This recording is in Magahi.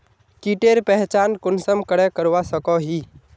कीटेर पहचान कुंसम करे करवा सको ही?